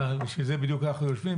בשביל זה בדיוק אנחנו יושבים,